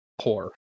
poor